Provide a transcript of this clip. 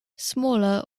smaller